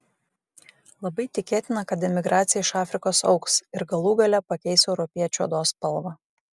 labai tikėtina kad emigracija iš afrikos augs ir galų gale pakeis europiečių odos spalvą